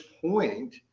point